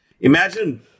imagine